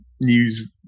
news